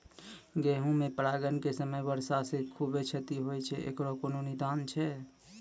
गेहूँ मे परागण के समय वर्षा से खुबे क्षति होय छैय इकरो कोनो निदान छै?